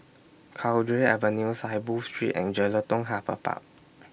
Cowdray Avenue Saiboo Street and Jelutung Harbour Park